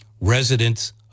residents